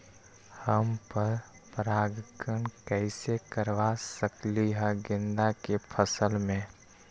हम पर पारगन कैसे करवा सकली ह गेंदा के फसल में?